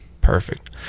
perfect